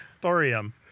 Thorium